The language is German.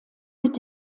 mit